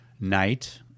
night